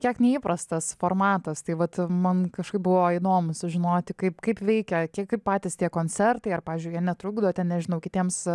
kiek neįprastas formatas tai vat man kažkaip buvo įdomu sužinoti kaip kaip veikia tie kaip patys tie koncertai ar pavyzdžiui jie netrukdo ten nežinau kitiems